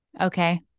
okay